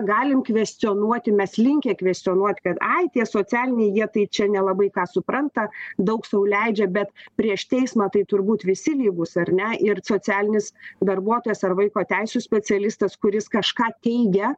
galim kvestionuoti mes linkę kvestionuot kad ai tie socialiniai jie tai čia nelabai ką supranta daug sau leidžia bet prieš teismą tai turbūt visi lygūs ar ne ir socialinis darbuotojas ar vaiko teisių specialistas kuris kažką teigia